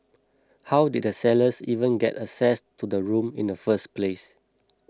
how did the sellers even get access to the room in the first place